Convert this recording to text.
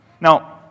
Now